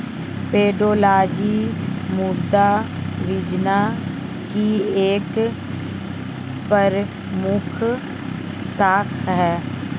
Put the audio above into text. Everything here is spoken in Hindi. पेडोलॉजी मृदा विज्ञान की एक प्रमुख शाखा है